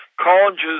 colleges